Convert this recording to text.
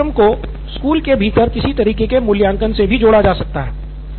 Baij system को school के भीतर किसी तरह के मूल्यांकन से भी जोड़ा जा सकता है